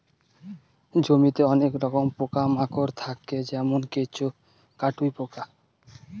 জমিতে অনেক রকমের পোকা মাকড় থাকে যেমন কেঁচো, কাটুই পোকা